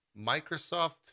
microsoft